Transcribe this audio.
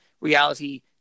reality